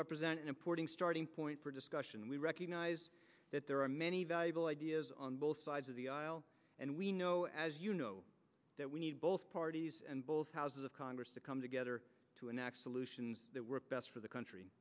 represent an importing starting point for discussion and we recognize that there are many valuable ideas on both sides of the aisle and we know as you know that we need both parties and both houses of congress to come together to an absolute best for the country